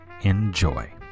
Enjoy